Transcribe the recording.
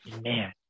man